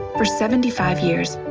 for seventy five years.